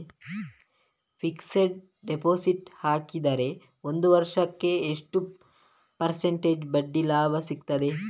Fixed deposit ಹಾಕಿದರೆ ಒಂದು ವರ್ಷಕ್ಕೆ ಎಷ್ಟು ಪರ್ಸೆಂಟೇಜ್ ಬಡ್ಡಿ ಲಾಭ ಸಿಕ್ತದೆ?